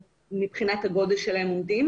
אני פשוט אומרת שעם כל העובדה שאלה מעט משקים,